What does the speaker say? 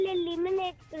eliminate